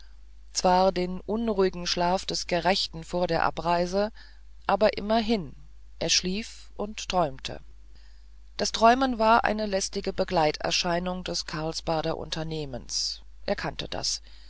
zwar den unruhigen schlaf des gerechten vor der abreise aber immerhin er schlief und träumte das träumen war eine lästige begleiterscheinung des karlsbader unternehmens er kannte das